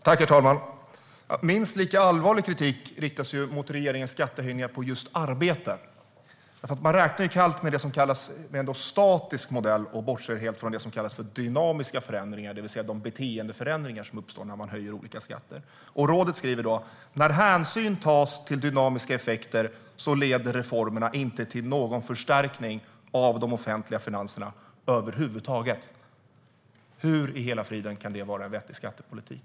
Herr talman! Minst lika allvarlig kritik riktas mot regeringens skattehöjningar på just arbete. Man räknar ju kallt med en så kallad statisk modell och bortser helt från det som kallas dynamiska förändringar, det vill säga de beteendeförändringar som uppstår när man höjer olika skatter. Rådet skriver: När hänsyn tas till dynamiska effekter leder reformerna inte till någon förstärkning av de offentliga finanserna över huvud taget. Hur i hela friden kan det vara en vettig skattepolitik?